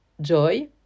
joy